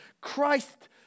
Christ